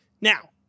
Now